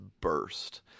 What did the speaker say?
burst